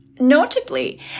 Notably